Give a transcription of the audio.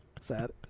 sad